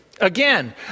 Again